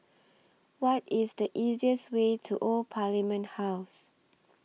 What IS The easiest Way to Old Parliament House